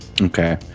Okay